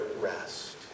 rest